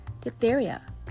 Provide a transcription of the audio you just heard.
diphtheria